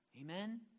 Amen